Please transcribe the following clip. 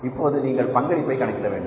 இப்போது நீங்கள் பங்களிப்பை கணக்கிடவேண்டும்